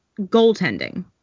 goaltending